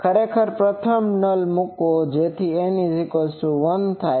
ખરેખર પ્રથમ નલ મૂકો જેથી n1 હોય